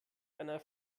einer